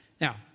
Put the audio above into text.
Now